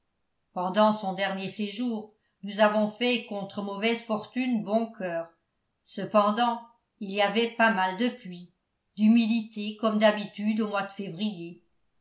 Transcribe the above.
pendant son dernier séjour nous avons fait contre mauvaise fortune bon cœur cependant il y avait pas mal de pluie d'humidité comme d'habitude au mois de février